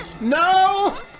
No